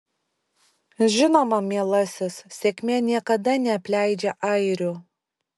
žinoma mielasis sėkmė niekada neapleidžia airių